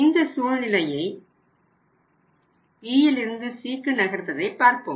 இந்த சூழ்நிலையை Bயிலிருந்து Cக்கு நகர்வதைப் பார்ப்போம்